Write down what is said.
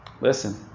Listen